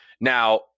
Now